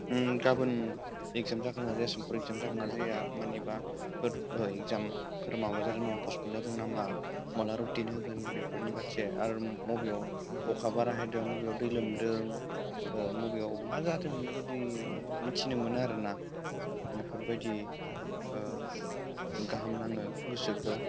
गाबोन एक्जाम जागोन ना समफोर एक्जाम जागोन ना जाया मानिबा एक्जामफोर माबा पस्टपन जादों नामा माला रुटिन होगोन बेफोरनि फारसे आरो मबेयाव अखा बारा हादों अबेयाव दै लोमदों मबेयाव मा जादों इफोरबायदि मिथिनो मोनो आरो ना बेफोरबायदि गाहाम नाङो गोसोखो